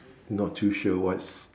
not too sure what's